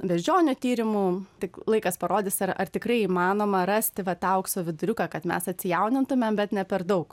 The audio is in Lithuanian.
beždžionių tyrimų tik laikas parodys ar ar tikrai įmanoma rasti vat tą aukso viduriuką kad mes atsijaunintumėm bet ne per daug